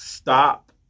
Stop